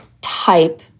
type